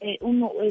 uno